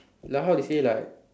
like how they say like